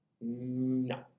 no